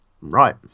Right